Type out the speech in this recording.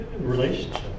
Relationship